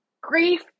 grief